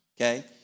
okay